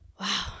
Wow